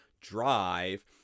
drive